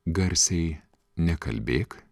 garsiai nekalbėk